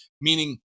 meaning